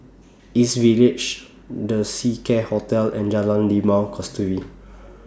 East Village The Seacare Hotel and Jalan Limau Kasturi